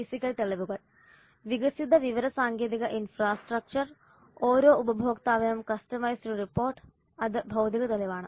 physical തെളിവുകൾ വികസിത വിവര സാങ്കേതിക ഇൻഫ്രാസ്ട്രക്ചർ ഓരോ ഉപഭോക്താവിനും കസ്റ്റമൈസ്ഡ് റിപ്പോർട്ട് അത് ഭൌതിക തെളിവാണ്